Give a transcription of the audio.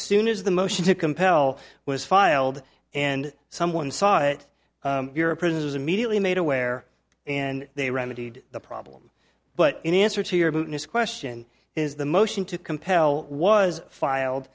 soon as the motion to compel was filed and someone saw it you're a prisoner was immediately made aware and they remedied the problem but in answer to your question is the motion to compel was filed